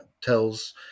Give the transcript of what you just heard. tells